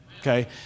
Okay